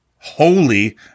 holy